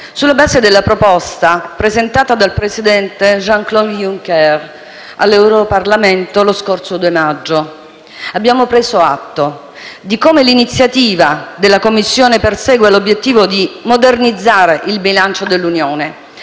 sulla base della proposta presentata dal presidente Jean Claude Junker all'Europarlamento lo scorso 2 maggio. Abbiamo preso atto di come l'iniziativa della Commissione persegua l'obiettivo di modernizzare il bilancio dell'Unione,